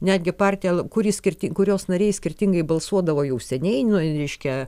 netgi partija kuri skirti kurios nariai skirtingai balsuodavo jau seniai nu reiškia